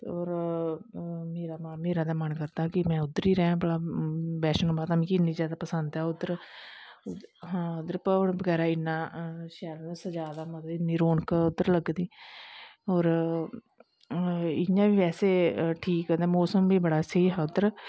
और मेरा मन करदा कि में उध्दर गै रैंह् भला बैष्णों माता मिगी इन्नी जादा पसंद ऐ उद्धर हां उद्धर भवन बगैरा इन्ना शैल ऐ जादा इन्नी रौनक उध्दर लग्गदी होर इयां बी बैसे ठीक ते मौसम बी ठीक हा उद्धर